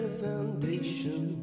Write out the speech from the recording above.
foundation